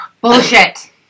Bullshit